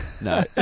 No